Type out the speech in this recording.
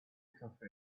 cafe